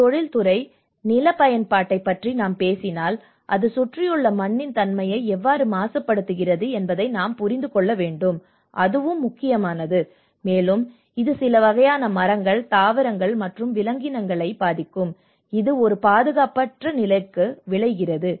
ஒரு தொழில்துறை நில பயன்பாட்டைப் பற்றி நாம் பேசினால் அது சுற்றியுள்ள மண்ணின் தன்மையை எவ்வாறு மாசுபடுத்துகிறது என்பதை நாம் புரிந்து கொள்ள வேண்டும் அதுவும் முக்கியமானது மேலும் இது சில வகையான மரங்கள் தாவரங்கள் மற்றும் விலங்கினங்களை பாதிக்கும் இது ஒரு பாதுகாப்பற்ற நிலைக்கு விளைகிறது